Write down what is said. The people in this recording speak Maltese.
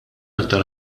aktar